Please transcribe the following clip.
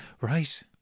Right